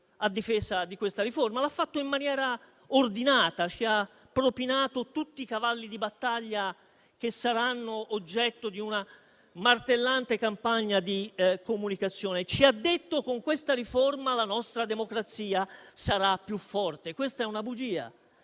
a difesa di questa riforma. L'ha fatto in maniera ordinata propinandoci tutti i cavalli di battaglia che saranno oggetto di una martellante campagna di comunicazione. Ci ha detto che con questa riforma la nostra democrazia sarà più forte: questa è una bugia,